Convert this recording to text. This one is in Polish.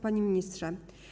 Panie Ministrze!